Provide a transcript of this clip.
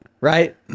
right